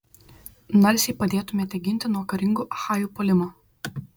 narsiai padėtumėte ginti nuo karingų achajų puolimo